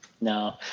No